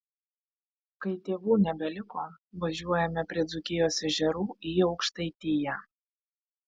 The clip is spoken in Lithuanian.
kai tėvų nebeliko važiuojame prie dzūkijos ežerų į aukštaitiją